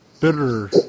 bitter